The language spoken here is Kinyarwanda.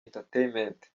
entertainment